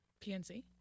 PNC